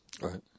Right